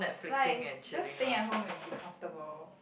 like just staying at home and be comfortable